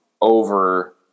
over